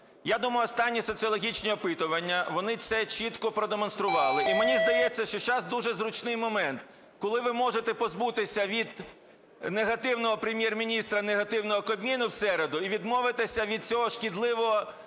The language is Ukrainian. Я думаю, останні соціологічні опитування вони це чітко продемонстрували. І мені здається, що зараз дуже зручний момент, коли ви можете позбутися від негативного Прем'єр-міністра і негативного Кабміну в середу і відмовитися від цього шкідливого